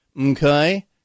okay